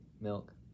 milk